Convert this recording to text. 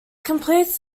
completes